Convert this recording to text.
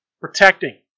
Protecting